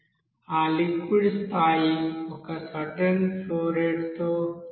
ఆ లిక్విడ్ స్థాయి ఒక సర్టెన్ ఫ్లో రేట్ తో తగ్గుతుంది